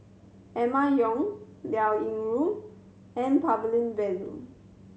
Emma Yong Liao Yingru N